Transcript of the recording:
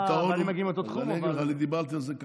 אתה ואני מגיעים מאותו תחום,